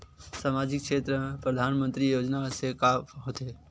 सामजिक क्षेत्र से परधानमंतरी योजना से का होथे?